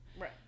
Right